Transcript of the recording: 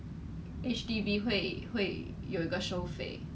so do you regret leaving your job ah